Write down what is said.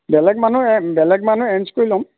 বেলেগ মানুহ বেলেগ মানুহ এৰেঞ্জ কৰি লম